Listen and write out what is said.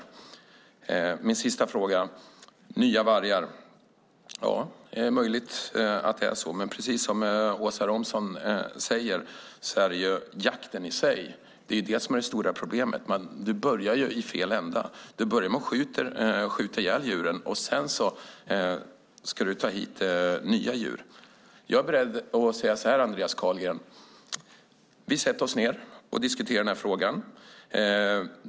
Jag har en sista fråga. Nya vargar - ja, det möjligt att det är så, men precis som Åsa Romson sade är det jakten i sig som är det stora problemet. Du börjar i fel ända. Du börjar med att skjuta ihjäl djuren, och sedan ska du ta hit nya djur. Jag är beredd att säga så här, Andreas Carlgren: Vi sätter oss ned och diskuterar den här frågan.